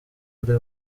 ari